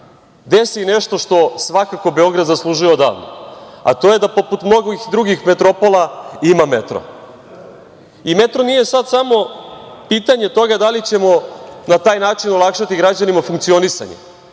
desi nešto što svakako Beograd zaslužuje odavno, a to je da, poput mnogih drugih metropola, ima metro. Metro nije sad samo pitanje toga da li ćemo na taj način olakšati građanima funkcionisanje,